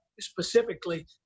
specifically